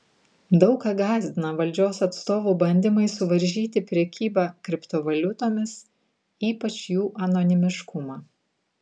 daug ką gąsdina valdžios atstovų bandymai suvaržyti prekybą kriptovaliutomis ypač jų anonimiškumą